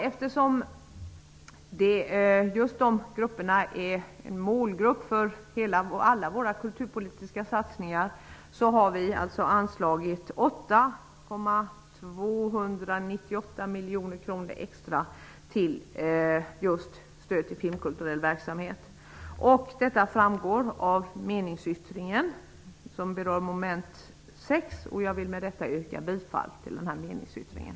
Eftersom just de grupperna är en målgrupp för alla våra kulturpolitiska satsningar vill vi anslå 8,298 miljoner kronor extra till stöd till filmkulturell verksamhet. Detta framgår av meningsyttringen som berör mom. 6. Jag vill med detta yrka bifall till meningsyttringen.